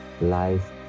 life